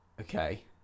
okay